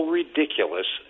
ridiculous